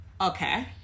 okay